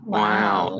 wow